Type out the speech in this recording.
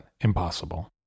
impossible